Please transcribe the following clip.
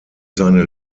seine